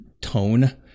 tone